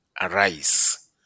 arise